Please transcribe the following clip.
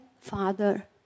father